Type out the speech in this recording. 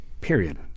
period